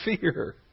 fear